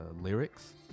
lyrics